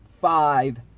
five